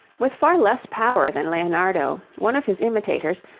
with far less power than leonardo, one of his imitators,